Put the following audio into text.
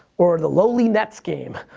or the lowly nets game.